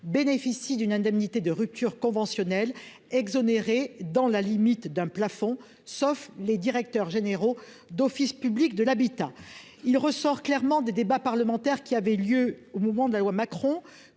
bénéficie d'une indemnité de rupture conventionnelle exonérés dans la limite d'un plafond, sauf les directeurs généraux d'office public de l'habitat, il ressort clairement des débats parlementaires qui avait lieu au moment de la loi Macron